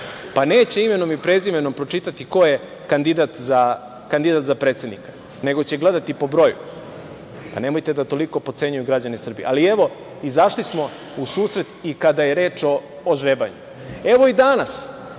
pa neće imenom i prezimenom pročitati ko je kandidat za predsednika nego će gledati po broju? Nemojte da toliko potcenjuju građane Srbije. Ali, evo, izašli smo u susret i kada je reč o žrebanju. Evo, i danas